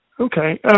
Okay